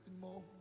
more